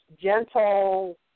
gentle